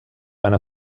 einer